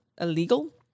illegal